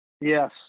Yes